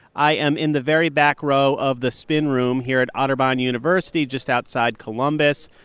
i am in the very back row of the spin room here at otterbein university just outside columbus.